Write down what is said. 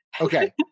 Okay